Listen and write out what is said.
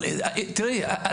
תיראי,